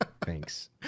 Thanks